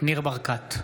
ניר ברקת,